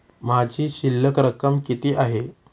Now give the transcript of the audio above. माझी शिल्लक रक्कम किती आहे?